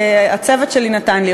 שהצוות שלי נתן לי,